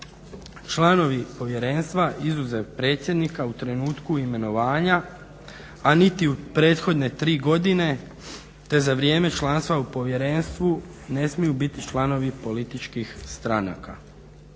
Članovi povjerenstva, izuzev predsjednika, u trenutku imenovanja, a niti u prethodne tri godine te za vrijeme članstva u povjerenstvu ne smiju biti članovi političkih stranaka.